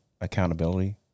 accountability